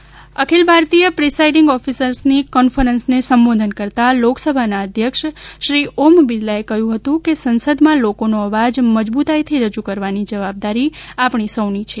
ઓમ બિરલા અખિલ ભારતીય પ્રિસાઇડીંગ ઓફિસરની કોન્ફરન્સને સંબોધન કરતાં લોકસભાના અધ્યક્ષ શ્રી ઓમ બિરલાએ કહ્યુ હતુ કે સંસદમાં લોકોનો અવાજ મજબૂતાઇથી રજૂ કરવાની જવાબદારી આપણી સૌની છે